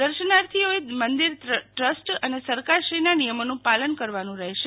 દર્શનાર્થીઓએ મંદિર ટ્રસ્ટ અને સરકારશ્રીના નિયમોનું પાલન કરવાનું રહેશે